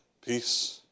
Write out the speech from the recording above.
Peace